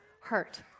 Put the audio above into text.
hurt